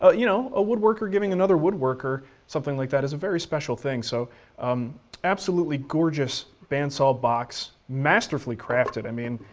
ah you know, a woodworker giving another woodworker something like that is a very special thing. so absolutely gorgeous bandsaw box masterfully crafted. i mean,